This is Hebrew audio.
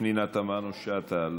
פנינה תמנו שטה,